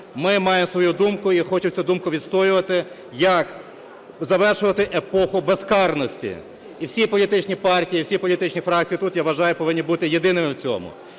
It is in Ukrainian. Ми маємо свою думку і хочемо цю думку відстоювати – як завершувати епоху безкарності. І всі політичні партії, всі політичні фракції, тут я вважаю, повинні бути єдиними в цьому.